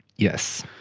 yes.